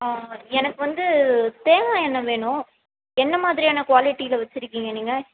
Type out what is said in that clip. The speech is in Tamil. ஆ எனக்கு வந்து தேங்காய் எண்ணெய் வேணும் என்ன மாதிரியான குவாலிட்டியில வெச்சுருக்கீங்க நீங்கள்